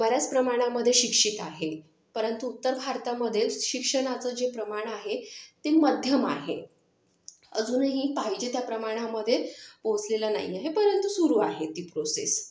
बऱ्यास प्रमाणामध्ये शिक्षित आहे परंतु उत्तर भारतामध्ये शिक्षणाचं जे प्रमाण आहे ते मध्यम आहे अजूनही पाहिजे त्या प्रमाणामध्ये पोचलेलं नाही आहे परंतु सुरू आहे ती प्रोसेस